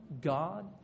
God